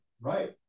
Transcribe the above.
Right